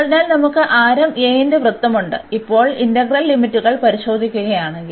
അതിനാൽ നമുക്ക് ആരം a ന്റെ വൃത്തമുണ്ട് ഇപ്പോൾ ഇന്റഗ്രൽ ലിമിറ്റുകൾ പരിശോധിക്കുകയാണെങ്കിൽ